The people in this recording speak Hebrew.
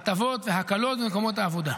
הטבות והקלות במקומות העבודה.